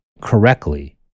correctly